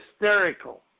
hysterical